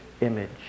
image